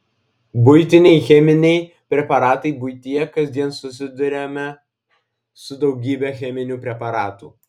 buitiniai cheminiai preparatai buityje kasdien susiduriame su daugybe cheminių preparatų